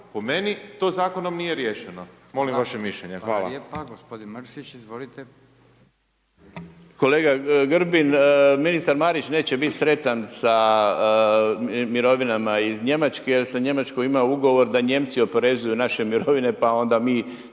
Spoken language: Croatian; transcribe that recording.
po meni to zakonom nije riješeno, molim vaše mišljenje. Hvala.